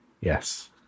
Yes